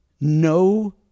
No